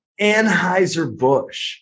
Anheuser-Busch